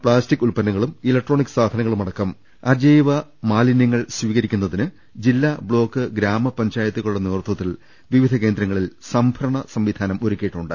plastic ഉത്പന്നങ്ങളും electronic സാധനങ്ങളുമടക്കം അജൈവ മാലിനൃങ്ങൾ സ്വീകരിക്കുന്നതിന് ജില്ലാ ബ്ലോക്ക് ഗ്രാമ പഞ്ചായ ത്തുകളുടെ നേതൃത്വത്തിൽ വിവിധ കേന്ദ്രങ്ങളിൽ സംഭരണ സംവിധാനം ഒരുക്കിയിട്ടുണ്ട്